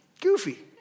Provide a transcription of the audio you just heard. goofy